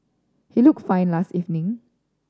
he looked fine last evening